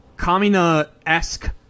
Kamina-esque